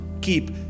keep